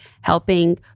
helping